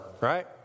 right